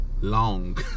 long